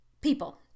people